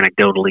anecdotally